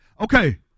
Okay